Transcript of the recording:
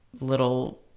little